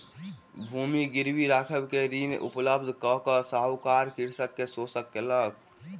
भूमि गिरवी राइख के ऋण उपलब्ध कय के साहूकार कृषक के शोषण केलक